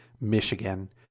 Michigan